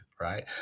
right